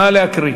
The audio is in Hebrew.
נא להקריא.